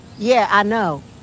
yeah, i know.